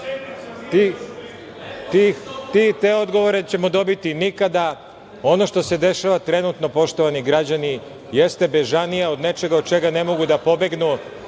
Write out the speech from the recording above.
Te odgovore nećemo dobiti nikada. Ono što se dešava trenutno, poštovani građani, jeste bežanija od nečega od čega ne mogu da pobegnu,